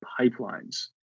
pipelines